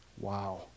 wow